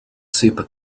super